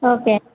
okay